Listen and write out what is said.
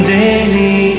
daily